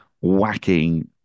whacking